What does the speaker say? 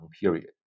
period